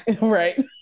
right